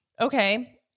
Okay